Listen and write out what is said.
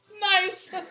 Nice